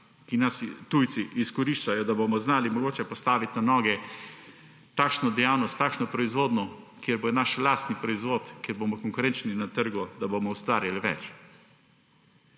nas tujci izkoriščajo. Da bomo znali mogoče postaviti na noge takšno dejavnost, takšno proizvodnjo, kjer bodo naši lastni proizvodi, kjer bomo konkurenčni na trgu, da bomo ustvarili več.